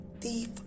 thief